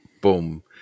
boom